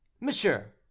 Monsieur